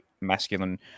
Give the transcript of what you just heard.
masculine